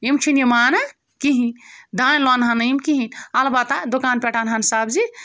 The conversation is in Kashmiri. یِم چھِنہٕ یہِ مانان کِہیٖنۍ دانہِ لونہٕ ہَن نہٕ یِم کِہیٖنۍ البتہ دُکان پٮ۪ٹھ اَنہٕ ہَن سبزی